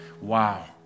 wow